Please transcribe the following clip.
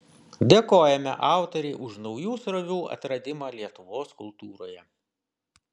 dėkojame autorei už naujų srovių atradimą lietuvos kultūroje